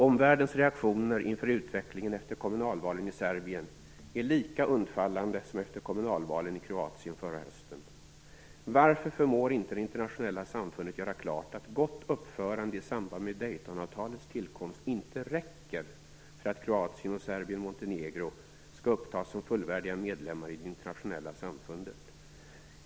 Omvärldens reaktioner inför utvecklingen efter kommunalvalen i Serbien är lika undfallande som efter kommunalvalen i Kroatien förra hösten. Varför förmår inte det internationella samfundet göra klart, att gott uppförande i samband med Daytonavtalets tillkomst inte räcker för att Kroatien och Serbien-Montenegro skall upptas som fullvärdiga medlemmar i det internationella samfundet?